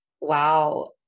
Wow